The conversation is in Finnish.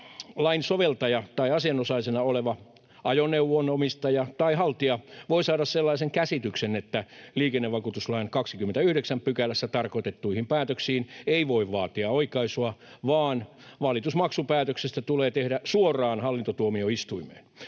lain soveltaja tai asianosaisena oleva ajoneuvon omistaja tai haltija voi saada sellaisen käsityksen, että liikennevakuutuslain 29 §:ssä tarkoitettuihin päätöksiin ei voi vaatia oikaisua vaan valitus maksupäätöksestä tulee tehdä suoraan hallintotuomioistuimeen.